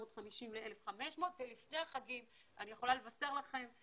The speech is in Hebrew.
(הקרנת סרטון) אכן טוב להיות בבית.